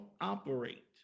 operate